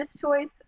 choice